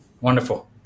Wonderful